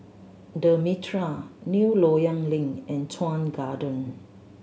The Mitraa New Loyang Link and Chuan Garden